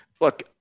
Look